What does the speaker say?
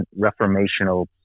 reformational